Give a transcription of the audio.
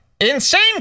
insane